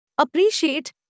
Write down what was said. Appreciate